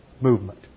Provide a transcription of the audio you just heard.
movement